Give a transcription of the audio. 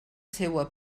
seua